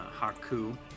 Haku